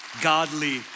godly